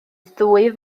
ddwy